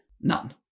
None